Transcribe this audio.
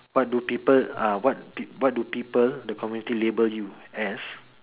what do people uh what pe~ what do people the community label you as